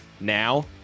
Now